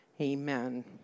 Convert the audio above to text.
amen